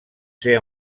ser